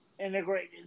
integrated